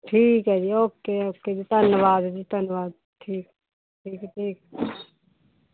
ਠੀਕ ਹੈ ਜੀ ਓਕੇ ਓਕੇ ਜੀ ਧੰਨਵਾਦ ਜੀ ਧੰਨਵਾਦ ਠੀਕ